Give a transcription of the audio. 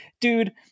dude